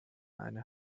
eine